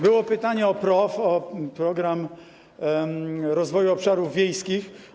Było pytanie o PROW, o Program Rozwoju Obszarów Wiejskich.